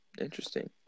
Interesting